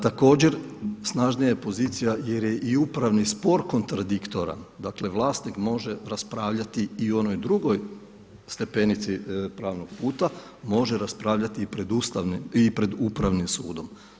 Također snažnija je pozicija jer je i upravni spor kontradiktoran, dakle vlasnik može raspravljati i o onoj drugoj stepenici pravnog puta, može raspravljati i pred upravnim sudom.